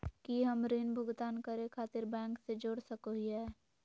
की हम ऋण भुगतान करे खातिर बैंक से जोड़ सको हियै?